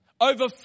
Over